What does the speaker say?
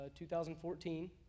2014